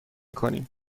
کنیم